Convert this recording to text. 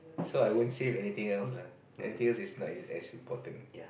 so I won't save anything else lah anything else is like as important